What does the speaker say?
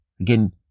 Again